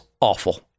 awful